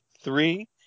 Three